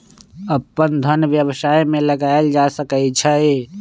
अप्पन धन व्यवसाय में लगायल जा सकइ छइ